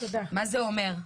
מה זה אומר?